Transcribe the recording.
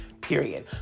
Period